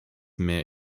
mehr